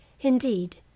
Indeed